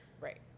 Right